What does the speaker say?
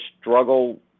struggle